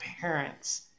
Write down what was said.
parents